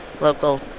local